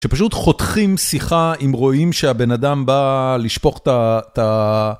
שפשוט חותכים שיחה אם רואים שהבן אדם בא לשפוך את ה... את ה...